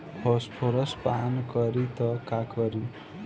Phosphorus पान करी त का करी?